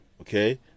okay